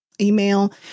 email